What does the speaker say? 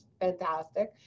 fantastic